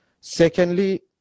secondly